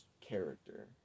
character